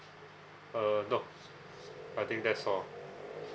uh no I think that's all